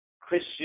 Christian